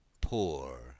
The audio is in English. poor